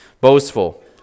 Boastful